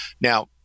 Now